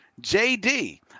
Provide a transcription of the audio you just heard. JD